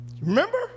Remember